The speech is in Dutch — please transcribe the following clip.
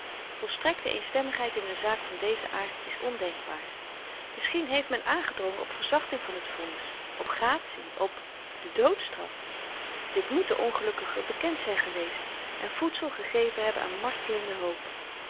volstrekte eenstemmigheid in n zaak van dezen aard is ondenkbaar misschien heeft men aangedrongen op verzachting van het vonnis op gratie op de doodstraf dit moet den ongelukkige bekend zyn geweest en voedsel gegeven hebben aan martelende hoop